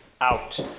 out